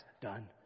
done